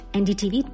ndtv